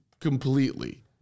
completely